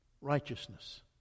righteousness